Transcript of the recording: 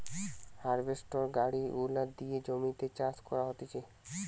harvester গাড়ি গুলা দিয়ে জমিতে চাষ করা হতিছে